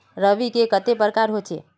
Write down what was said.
रवि के कते प्रकार होचे?